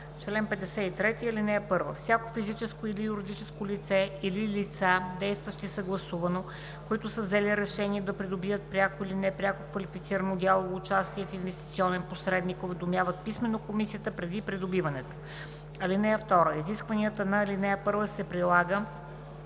Чл. 53. (1) Всяко физическо или юридическо лице или лица, действащи съгласувано, които са взели решение да придобият пряко или непряко квалифицирано дялово участие в инвестиционен посредник, уведомяват писмено комисията преди придобиването. (2) Изискването на ал. 1 се прилага